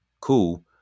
Cool